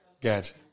Gotcha